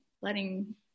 letting